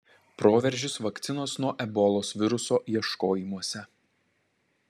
proveržis vakcinos nuo ebolos viruso ieškojimuose